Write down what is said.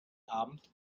abend